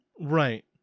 Right